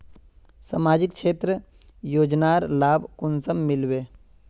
सामाजिक क्षेत्र योजनार लाभ कुंसम मिलबे?